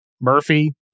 Murphy